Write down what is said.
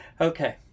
Okay